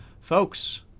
folks